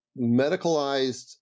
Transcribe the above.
medicalized